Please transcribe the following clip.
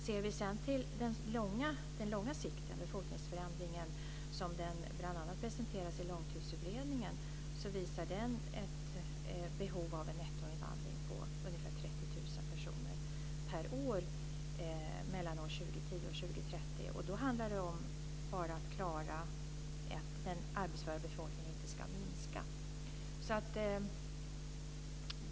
Ser vi sedan till utvecklingen på lång sikt och befolkningsförändringen som den bl.a. presenteras i Långtidsutredningen visar den ett behov av en nettoinvandring på ungefär 30 000 personer per år mellan 2010 och 2030. Då handlar det bara om att se till att den arbetsföra befolkningen inte ska minska.